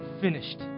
finished